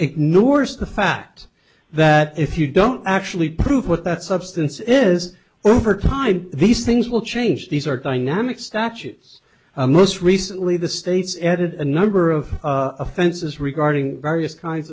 ignores the fact that if you don't actually prove what that substance is or over time these things will change these are dynamic statutes and most recently the states added a number of offenses regarding various kinds